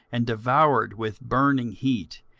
and devoured with burning heat,